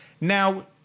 Now